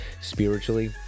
spiritually